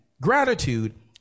Gratitude